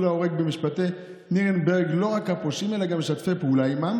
להורג במשפטי נירנברג לא רק הפושעים אלא גם משתפי הפעולה עימם.